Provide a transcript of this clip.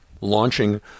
launching